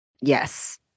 Yes